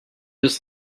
just